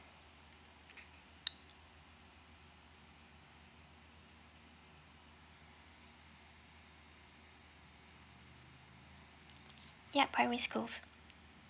yup primary schools